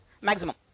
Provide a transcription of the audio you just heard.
maximum